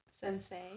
Sensei